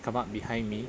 come up behind me